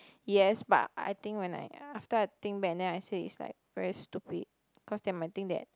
yes but I think when I after I think back and then I say is like very stupid cause they might think that